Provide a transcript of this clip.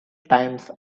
times